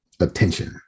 attention